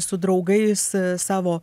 su draugais savo